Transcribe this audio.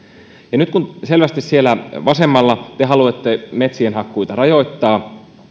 ja nyt kun selvästi siellä vasemmalla te haluatte metsien hakkuita rajoittaa